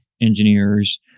engineers